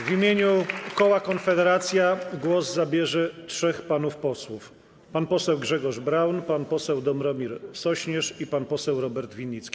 W imieniu koła Konfederacja głos zabierze trzech panów posłów: pan poseł Grzegorz Braun, pan poseł Dobromir Sośnierz i pan poseł Robert Winnicki.